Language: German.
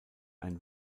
ein